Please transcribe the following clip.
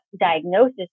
diagnosis